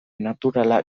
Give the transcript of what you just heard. naturala